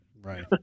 right